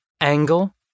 angle